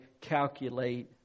calculate